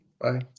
bye